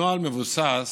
הנוהל מבוסס